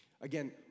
Again